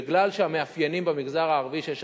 מכיוון שהמאפיינים במגזר הערבי הם שיש